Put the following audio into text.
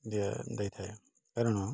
ଦିଏ ଦେଇଥାଏ କାରଣ